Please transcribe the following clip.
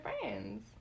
friends